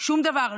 שום דבר,